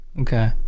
Okay